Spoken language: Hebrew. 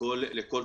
לכל תחום.